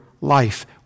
life